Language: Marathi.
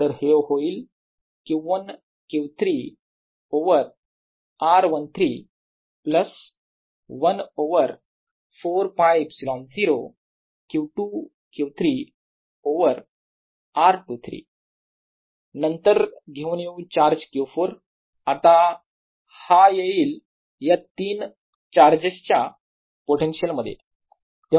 तर हे होईलQ1 Q3 over r13 plus 1 over 4ㄫε0 Q2 Q3 over r23 नंतर घेऊन येऊ चार्ज Q4 आता हा येईल या तीन चार्जेस च्या पोटेन्शियल मध्ये